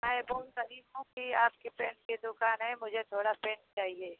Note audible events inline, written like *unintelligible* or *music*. मैं बहुत *unintelligible* हूँ की आपके पेंट की दुकान है मुझे थोड़ा पेंट चाहिए